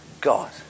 God